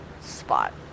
spot